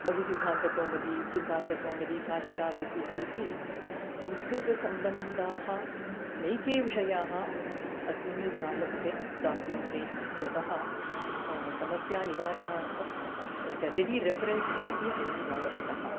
लघुसिद्धान्तकौमुदी सिद्धान्तकौमुदी काशिकावृत्तिः इति संस्कृत संबन्धाः नैके विषयाः अस्मिन् जालपुटे प्राप्यन्ते इत्यतः समस्यानिवारणार्थं एकं रेडी रेफ़ेरेन्स् भवति अयं जालपुटः